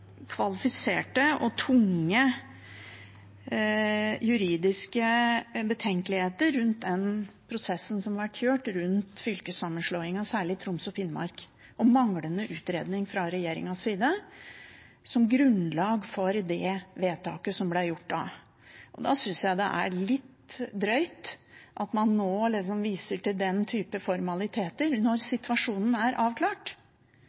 kvalifiserte og tunge juridiske betenkeligheter rundt den prosessen som har vært kjørt rundt fylkessammenslåingen, særlig i Troms og Finnmark, om manglende utredning fra regjeringens side som grunnlag for det vedtaket som da ble gjort. Da synes jeg det er litt drøyt at man nå viser til den type formaliteter – når situasjonen er avklart.